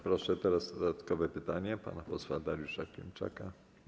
Proszę, teraz dodatkowe pytanie pana posła Dariusza Klimczaka.